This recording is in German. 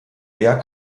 eher